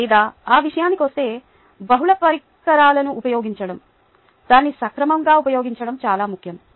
లేదా ఆ విషయానికి వస్తే బహుళ పరికరాలను ఉపయోగించడం దాని సక్రమంగా ఉపయోగించడం చాలా ముఖ్యం